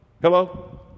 hello